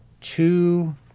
two